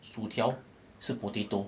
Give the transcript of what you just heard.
薯条是 potato